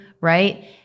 right